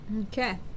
Okay